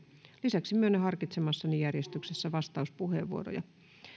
lisäksi myönnän harkitsemassani järjestyksessä vastauspuheenvuoroja